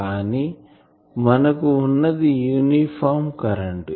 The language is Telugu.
కానీ మనకు వున్నది యూనిఫామ్ కరెంటు